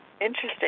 Interesting